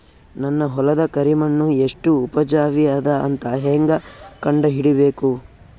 ನನ್ನ ಹೊಲದ ಕರಿ ಮಣ್ಣು ಎಷ್ಟು ಉಪಜಾವಿ ಅದ ಅಂತ ಹೇಂಗ ಕಂಡ ಹಿಡಿಬೇಕು?